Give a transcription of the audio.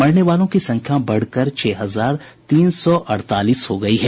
मरने वालों की संख्या बढकर छह हजार तीन सौ अड़तालीस हो गई है